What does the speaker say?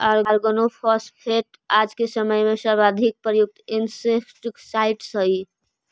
organophosphate आज के समय में सर्वाधिक प्रयुक्त इंसेक्टिसाइट्स् हई